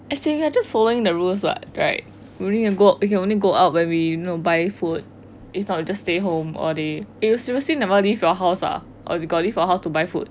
as in we're just following the rules [what] right we only go we can only go out when we need to buy food if not we just stay home all day eh you seriously never leave your house ah or you got leave your house to buy food